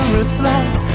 reflect